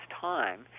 time